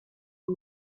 two